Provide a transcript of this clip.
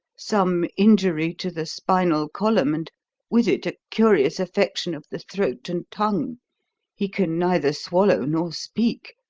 some injury to the spinal column, and with it a curious affection of the throat and tongue he can neither swallow nor speak.